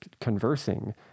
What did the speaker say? conversing